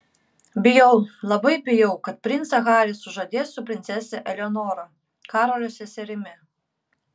bijau labai bijau kad princą harį sužadės su princese eleonora karolio seserimi